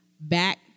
back